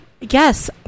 Yes